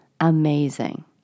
amazing